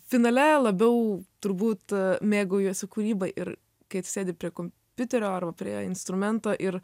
finale labiau turbūt mėgaujuosi kūryba ir kai atsėdi prie kompiuterio arba prie instrumento ir